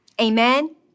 Amen